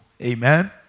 Amen